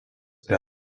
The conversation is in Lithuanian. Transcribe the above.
prie